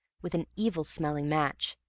with an evil-smelling match,